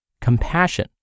compassion